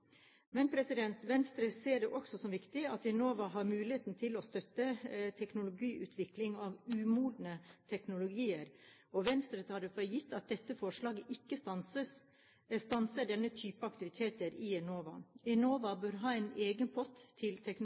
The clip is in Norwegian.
Men Venstre ser det også som viktig at Enova har muligheten til å støtte teknologiutvikling av umodne teknologier, og Venstre tar det for gitt at dette forslaget ikke stanser denne typen aktivitet i Enova. Enova bør ha en egen pott til